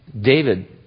David